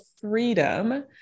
freedom